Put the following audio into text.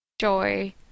joy